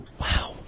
Wow